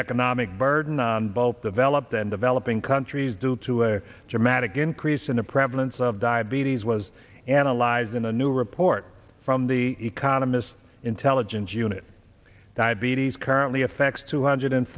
anomic burden both developed and developing countries due to a dramatic increase in the prevalence of diabetes was analyzed in a new report from the economist intelligence unit diabetes currently affects two hundred